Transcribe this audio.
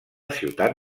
ciutat